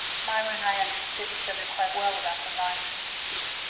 myra and i understood each other quite well about the lions, you see.